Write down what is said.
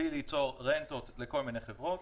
בלי ליצור רנטות לכל מיני חברות